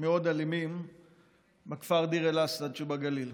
מאוד אלימים בכפר דיר אל-אסד שבגליל.